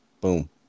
Boom